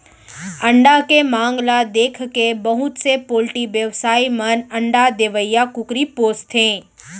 अंडा के मांग ल देखके बहुत से पोल्टी बेवसायी मन अंडा देवइया कुकरी पोसथें